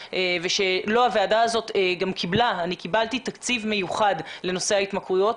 הוועדה הזאת גם קיבלה תקציב מיוחד לנושא ההתמכרויות.